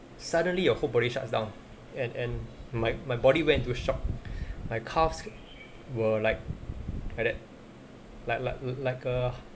suddenly my whole body shuts down and and my my body went to shock my calves were like like that like like like a